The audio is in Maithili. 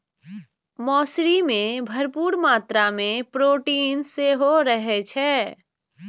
मौसरी मे भरपूर मात्रा मे प्रोटीन सेहो रहै छै